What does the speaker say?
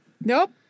nope